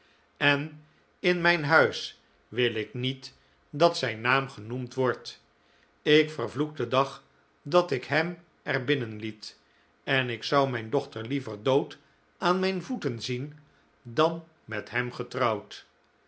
en in mijn huis wil ik niet dat zijn naam genoemd wordt ik vervloek den dag dat ik hem er binnen liet en ik zou mijn dochter liever dood aan mijn voeten zien dan met hem getrouwd